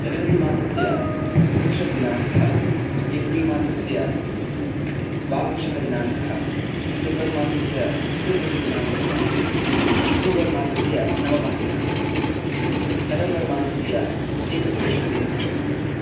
January मासस्य त्रिंशद्दिनाङ्कः April मासस्य द्वाविंशः दिनाङ्कः डिसेम्बर् मासस्य चतुर्दशदिनाङ्कः अक्ठोबर् मासस्य नवमः दिनाङ्कः नवेम्बर् मासस्य एकत्रिंशः दिनाङ्कः